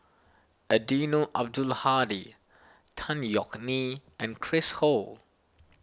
Eddino Abdul Hadi Tan Yeok Nee and Chris Ho